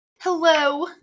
Hello